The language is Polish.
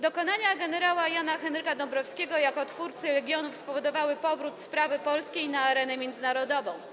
Dokonania gen. Jana Henryka Dąbrowskiego jako twórcy Legionów spowodowały powrót sprawy polskiej na arenę międzynarodową.